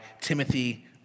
Timothy